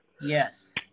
Yes